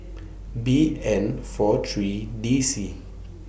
B N four three D C